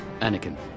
Anakin